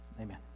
Amen